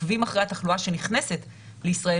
עוקבים אחרי התחלואה שנכנסת לישראל